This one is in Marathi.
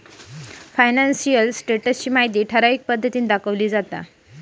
फायनान्शियल स्टेटस ची माहिती ठराविक पद्धतीन दाखवली जाता